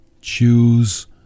choose